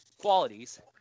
qualities